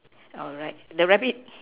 alright the rabbit